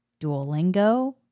Duolingo